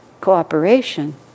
cooperation